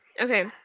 Okay